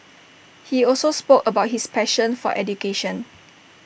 he also spoke about his passion for education